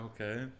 okay